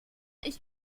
ich